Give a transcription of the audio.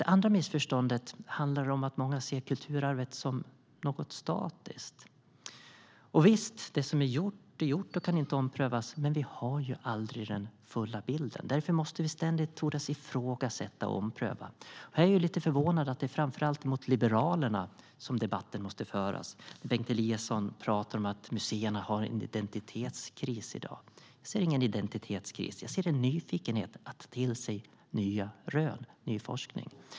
Det andra missförståndet handlar om att många ser kulturarvet som något statiskt. Visst, det som är gjort är gjort och kan inte omprövas. Men vi har ju aldrig den fulla bilden. Därför måste vi ständigt tordas ifrågasätta och ompröva. Här är jag lite förvånad över att det är framför allt mot Liberalerna som debatten måste föras. Bengt Eliasson pratar om att museerna har identitetskris i dag. Jag ser ingen identitetskris, utan jag ser en nyfikenhet att ta till sig nya rön och ny forskning.